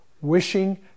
wishing